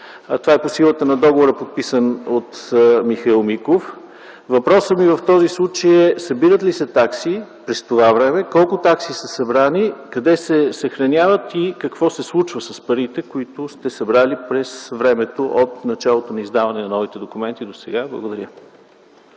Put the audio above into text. Това е по силата на договора, подписан от господин Михаил Миков. Въпросът ми в този случай е: събират ли се такси през това време, колко такси са събрани, къде се съхраняват и какво се случва с парите, които сте събрали през времето от началото на издаване на новите документи досега? Благодаря.